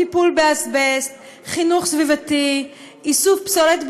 טיפול באזבסט, חינוך סביבתי, איסוף פסולת ברשויות,